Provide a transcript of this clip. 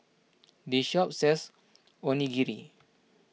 this shop sells Onigiri